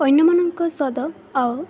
ଅନ୍ୟମାନଙ୍କ ସ୍ୱାଦ ଆଉ